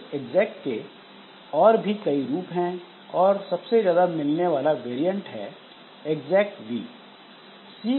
इस exec के और भी कई रूप हैं और सबसे ज्यादा मिलने वाला वैरिएंट execv है